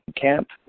camp